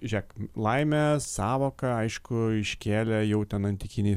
žiūrėk laimės sąvoką aišku iškėlė jau ten antikinėj